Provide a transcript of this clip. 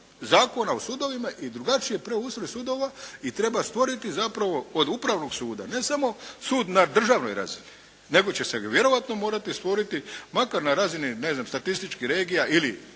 Zakona o sudovima i drugačiji preustroj sudova i treba stvoriti zapravo od Upravnog suda ne samo sud na državnoj razini nego će se vjerojatno morati stvoriti makar na razini ne znam statističkih regija ili